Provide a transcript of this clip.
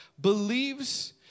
believes